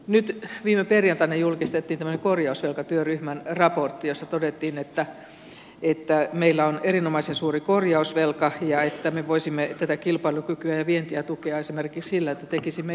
nyt viime perjantaina julkistettiin tämmöinen korjausvelkatyöryhmän raportti jossa todettiin että meillä on erinomaisen suuri korjausvelka ja että me voisimme tätä kilpailukykyä ja vientiä tukea esimerkiksi sillä että tekisimme investointeja meidän liikenneverkkoomme